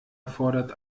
erfordert